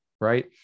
right